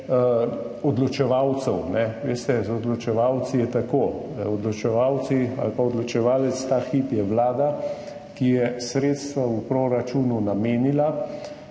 odločevalcev, veste, z odločevalci je tako, odločevalec ta hip je Vlada, ki je sredstva v proračunu namenila.